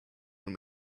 when